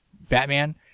Batman